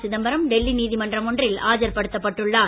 சிதம்பரம் டெல்லி நீதிமன்றம் ஒன்றில் ஆஜர் படுத்தப்பட்டார்